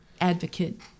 Advocate